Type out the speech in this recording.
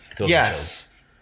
Yes